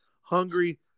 hungry